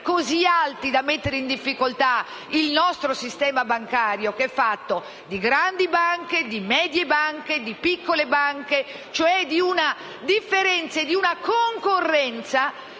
così alti da mettere in difficoltà il nostro sistema bancario, che è fatto di banche grandi, medie e piccole, cioè di una differenza e di una concorrenza